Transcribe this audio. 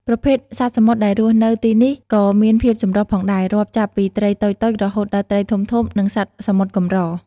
ប្រភេទសត្វសមុទ្រដែលរស់នៅទីនេះក៏មានភាពចម្រុះផងដែរ រាប់ចាប់ពីត្រីតូចៗ រហូតដល់ត្រីធំៗ និងសត្វសមុទ្រកម្រ។